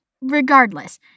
Regardless